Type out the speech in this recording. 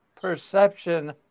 perception